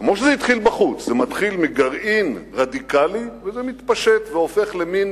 כמו שזה התחיל בחוץ: זה מתחיל מגרעין רדיקלי וזה מתפשט והופך למין